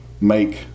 make